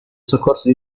soccorso